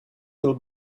will